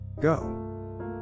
Go